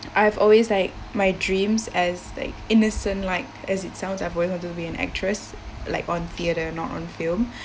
I have always like my dreams as like innocent like as it sounds I'm going to be an actress like on theatre not on film